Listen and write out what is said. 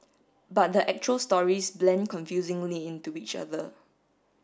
but the actual stories blend confusingly into each other